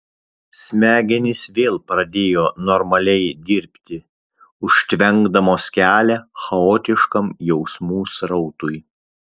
smegenys vėl pradėjo normaliai dirbti užtvenkdamos kelią chaotiškam jausmų srautui